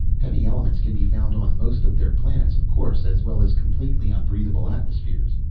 heavy elements can be found on most of their planets of course as well as completely unbreathable atmospheres.